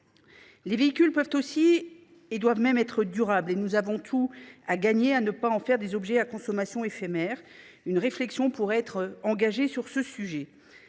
Les véhicules peuvent et même doivent être durables ; nous avons tout à gagner à ne pas en faire des objets de consommation éphémère. Une réflexion pourrait s’engager à ce sujet.